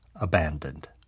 abandoned